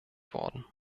worden